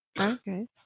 okay